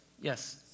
Yes